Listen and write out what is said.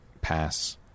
pass